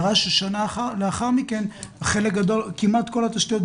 הראו ששנה לאחר מכן כמעט כל התשתיות,